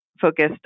focused